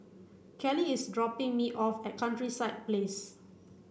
Kelli is dropping me off at Countryside Place